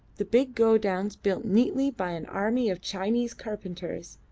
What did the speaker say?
the big godowns built neatly by an army of chinese carpenters,